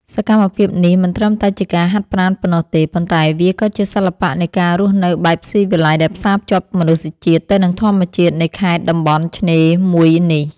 សកម្មភាពនេះមិនត្រឹមតែជាការហាត់ប្រាណប៉ុណ្ណោះទេ ប៉ុន្តែវាក៏ជាសិល្បៈនៃការរស់នៅបែបស៊ីវិល័យដែលផ្សារភ្ជាប់មនុស្សជាតិទៅនឹងធម្មជាតិនៃខេត្តតំបន់ឆ្នេរមួយនេះ។